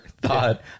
thought